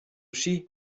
ski